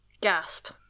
Gasp